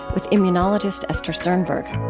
with immunologist esther sternberg